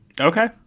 Okay